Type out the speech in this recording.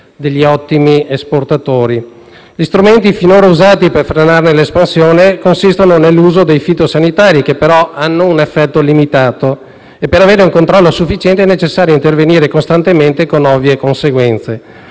siamo ottimi esportatori. Gli strumenti finora usati per frenarne l'espansione consistono nell'uso dei fitosanitari, che però hanno un effetto limitato, e per avere un controllo sufficiente è necessario intervenire costantemente con ovvie conseguenze,